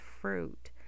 fruit